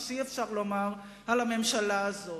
מה שאי-אפשר לומר על הממשלה הזאת.